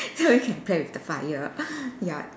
so we can play with the fire ya